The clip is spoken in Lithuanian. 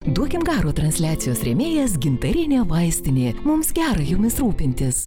duokim garo transliacijos rėmėjas gintarinė vaistinė mums gera jumis rūpintis